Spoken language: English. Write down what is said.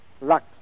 Lux